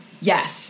Yes